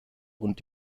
und